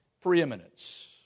preeminence